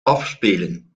afspelen